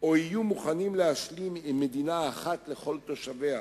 או יהיו מוכנים להשלים עם מדינה אחת לכל תושביה,